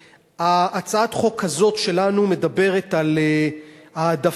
הצעת החוק הזאת שלנו מדברת על העדפת